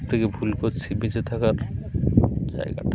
সবথেকে ভুল করছি বেঁচে থাকার জায়গাটা